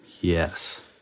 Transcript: Yes